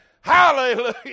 Hallelujah